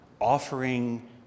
offering